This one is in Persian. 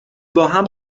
باهم